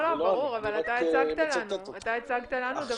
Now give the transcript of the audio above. ברור, אבל אתה הצגת לנו.